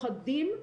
פוחדים,